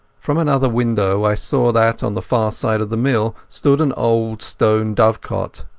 from another window i saw that on the far side of the mill stood an old stone dovecot.